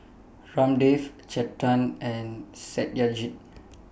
Ramdev Chetan and Satyajit